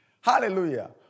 Hallelujah